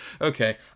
Okay